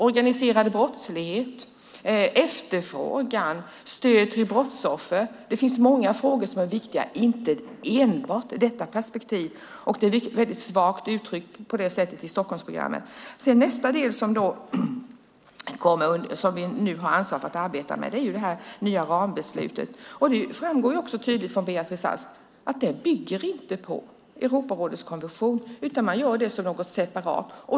Organiserad brottslighet, efterfrågan och stöd till brottsoffer är andra frågor som är viktiga. Det är inte enbart detta perspektiv. Det är väldigt svagt uttryckt i Stockholmsprogrammet. Nästa del som vi nu har ansvar för att arbeta med är det nya rambeslutet. Det framgår tydligt av det som Beatrice Ask säger att det inte bygger på Europarådets konvention. Man gör det som något separat.